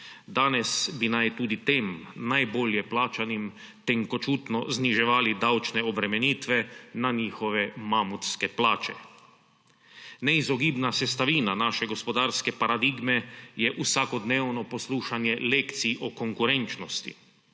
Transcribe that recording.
Danes naj bi tudi tem najbolje plačanim tenkočutno zniževali davčne obremenitve na njihove mamutske plače. Neizogibna sestavina naše gospodarske paradigme je vsakodnevno poslušanje lekcij o konkurenčnosti.